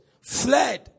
fled